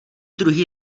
druhý